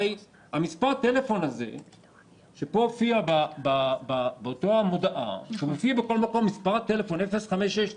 הרי מספר הטלפון שמופיע במודעה ומופיע בכל מקום: 0569334,